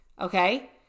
Okay